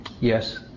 Yes